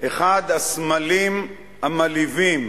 אחד הסמלים המלהיבים